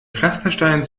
pflasterstein